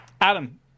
Adam